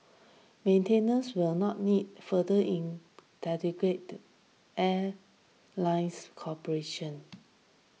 maintenance will not need further in airline's cooperation